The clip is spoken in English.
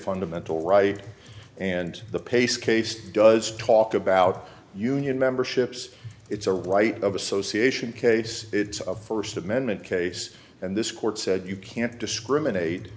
fundamental right and the pace case does talk about union membership's it's a right of association case it's of first amendment case and this court said you can't discriminate